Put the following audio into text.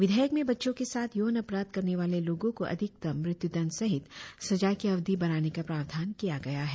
विधेयक में बच्चों के साथ यौन अपराध करने वाले लोगो को अधिकतम मृत्यु दण्ड सहित सजा की अवधि बढ़ाने का प्रावधान किया गया है